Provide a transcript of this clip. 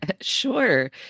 Sure